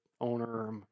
owner